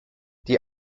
die